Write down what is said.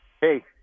hey